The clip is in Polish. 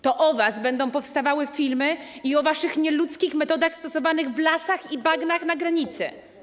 To o was będą powstawały filmy i o waszych nieludzkich metodach stosowanych w lasach i na bagnach na granicy.